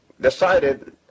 decided